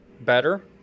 better